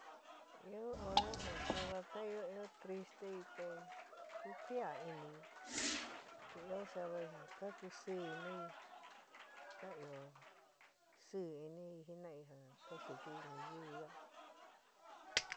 Ɨó horá ja saáva ta'anyo ɨó tristeí te kukuia iní, te ɨó savaí ja kakusɨi inɨí ka ɨó sɨɨ inɨí jina'i ja kasukuí nu yɨu ya'a.